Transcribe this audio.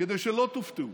כדי שלא תופתעו,